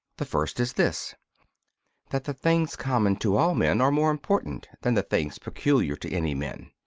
the first is this that the things common to all men are more important than the things peculiar to any men.